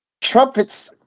Trumpets